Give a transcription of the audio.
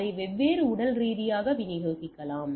அதை வெவ்வேறு உடலியல் ரீதியாக விநியோகிக்கலாம்